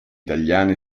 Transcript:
italiane